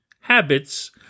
habits